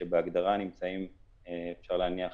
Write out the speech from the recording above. שבהגדרה אפשר להניח,